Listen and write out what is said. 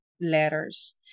letters